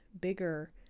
bigger